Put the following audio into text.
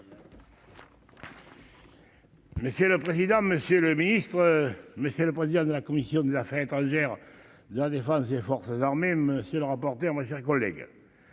Monsieur le président, monsieur le ministre, mais c'est le président de la commission des Affaires étrangères, il y a des gens des forces armées, monsieur le rapporteur, mes chers collègues,